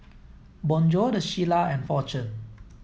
Bonjour the Shilla and Fortune